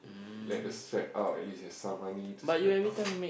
let the sweat out at least you've some money to spend